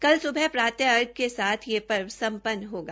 कल सुबह प्रात आर्घ्य के साथ यह पर्व सम्पन्न होगा